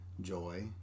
Joy